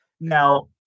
Now